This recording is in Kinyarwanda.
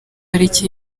parike